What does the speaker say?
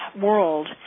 world